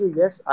yes